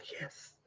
yes